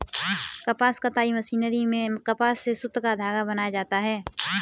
कपास कताई मशीनरी में कपास से सुत या धागा बनाया जाता है